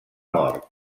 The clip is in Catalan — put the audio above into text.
mort